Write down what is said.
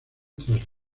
tras